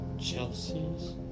Chelsea's